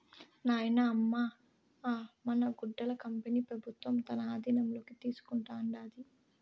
నాయనా, అమ్మ అ మన గుడ్డల కంపెనీ పెబుత్వం తన ఆధీనంలోకి తీసుకుంటాండాది